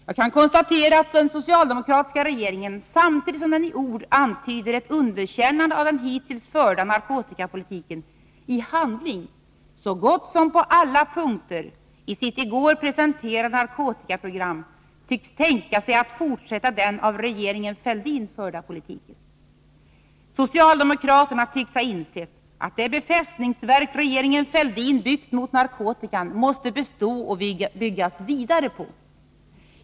Jag kan konstatera att den socialdemokratiska regeringen, samtidigt som den i ord antyder ett underkännande av den hittills förda narkotikapolitiken, i handling på så gott som alla punkter i sitt i går presenterade narkotikaprogram tycks tänka sig att fortsätta den av regeringen Fälldin förda politiken. Socialdemokraterna tycks ha insett att det befästningsverk regeringen Fälldin byggt mot narkotikan måste bestå och byggas vidare på.